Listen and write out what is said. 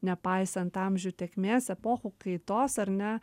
nepaisant amžių tėkmės epochų kaitos ar ne